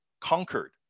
conquered